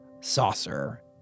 saucer